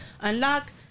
unlock